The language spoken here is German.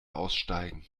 aussteigen